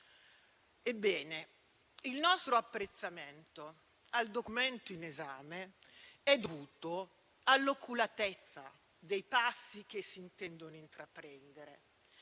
Ebbene, il nostro apprezzamento al documento in esame è dovuto all'oculatezza dei passi che si intendono intraprendere,